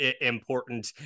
important